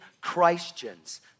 Christians